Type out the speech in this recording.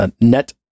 Net